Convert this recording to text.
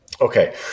okay